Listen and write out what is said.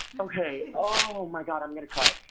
okay, oh my god, i'm gonna cry.